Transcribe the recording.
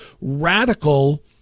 radical